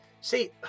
See